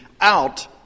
out